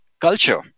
culture